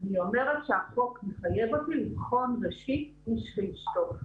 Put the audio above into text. אני אומרת שהחוק מחייב אותי לבחון ראשית "איש ואשתו".